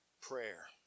prayer